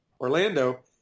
Orlando